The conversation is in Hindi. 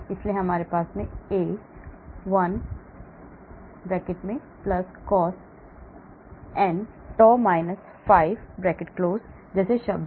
इसलिए हमारे पास A 1 cos n tau phi जैसे शब्द हैं